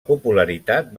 popularitat